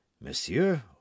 Monsieur